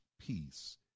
peace